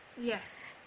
Yes